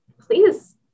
please